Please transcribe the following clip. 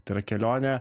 tai yra kelionė